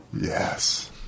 Yes